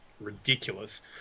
ridiculous